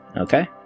Okay